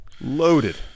Loaded